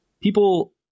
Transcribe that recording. people